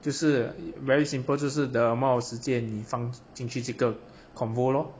就是 very simple 就是 the amount of 时间你放进去这个 convo lor